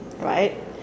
right